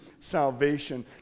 salvation